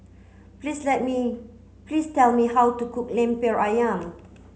please tell me please tell me how to cook Lemper Ayam